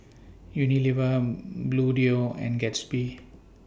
Unilever Bluedio and Gatsby